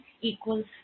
equals